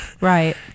right